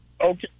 Okay